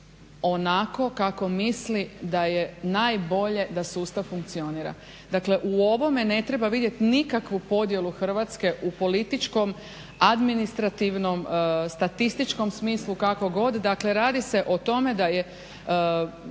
onako kako misli da je najbolje da sustav funkcionira, dakle u ovome ne treba vidjeti nikakvu podjelu Hrvatske u političkom, administrativnom, statističkom smislu kako god. Dakle radi se o tome da je